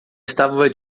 estava